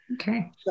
Okay